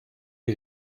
die